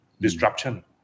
Disruption